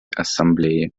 ассамблеи